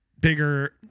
bigger